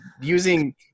using